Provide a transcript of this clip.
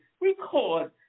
record